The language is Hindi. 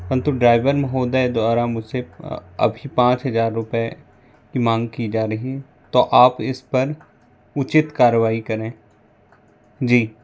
परन्तु ड्राइवर महोदय द्वारा मुझसे अभी पाँच हजार रूपए की मांग की जा रही हैं तो आप इस पर उचित कार्यवाही करें जी